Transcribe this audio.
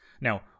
Now